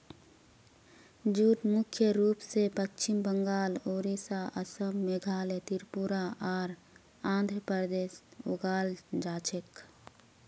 jute मुख्य रूप स पश्चिम बंगाल, ओडिशा, असम, मेघालय, त्रिपुरा आर आंध्र प्रदेशत उगाल जा छेक